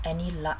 any luck